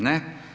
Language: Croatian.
Ne.